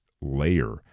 layer